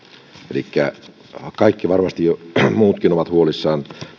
kaikki muutkin varmasti ovat huolissaan